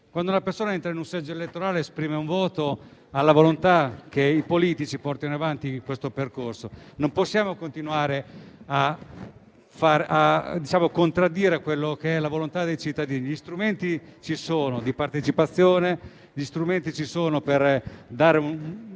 Quando una persona entra in un seggio elettorale ed esprime un voto, si aspetta che i politici portino avanti quel percorso. Non possiamo continuare a contraddire la volontà dei cittadini. Gli strumenti di partecipazione ci sono,